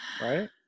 Right